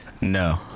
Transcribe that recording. No